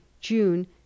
June